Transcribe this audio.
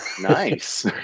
Nice